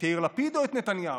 את יאיר לפיד או את נתניהו.